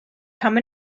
come